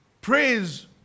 Praise